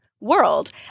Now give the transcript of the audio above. world